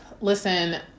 listen